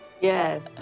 yes